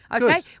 Okay